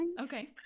Okay